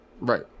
Right